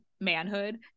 manhood